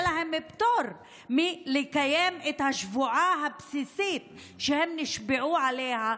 להם פטור מלקיים את השבועה הבסיסית שהם נשבעו בה,